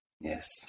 Yes